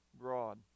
broad